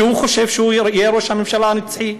והוא חושב שהוא יהיה ראש הממשלה הנצחי.